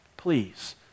Please